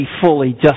fully